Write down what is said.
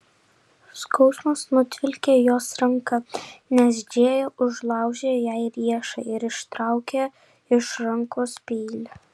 skausmas nutvilkė jos ranką nes džėja užlaužė jai riešą ir ištraukė iš rankos peilį